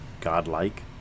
godlike